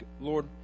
Lord